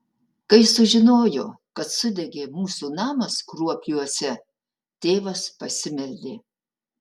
kai sužinojo kad sudegė mūsų namas kruopiuose tėvas pasimeldė